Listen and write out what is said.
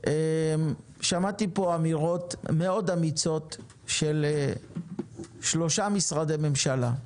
שמעתי פה אמירות מאוד אמיצות של שלושה משרדי ממשלה.